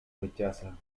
rechaza